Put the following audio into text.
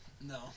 No